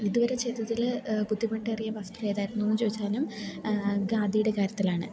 ഇതുവരെ ചെയ്തതില് ബുദ്ധിമുട്ടേറിയ വസ്ത്രം ഏതായിരുന്നു എന്ന് ചോദിച്ചാലും ഖാദിയുടെ കാര്യത്തിലാണ്